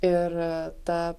ir ta